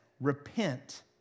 repent